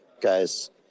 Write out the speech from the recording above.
guys